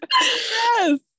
yes